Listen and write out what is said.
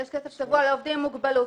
יש כסף צבוע לעובדים עם מוגבלות.